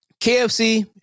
KFC